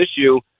issue